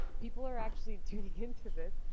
people are actually tuning into this.